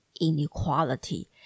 inequality